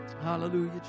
Hallelujah